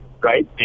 right